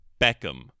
Beckham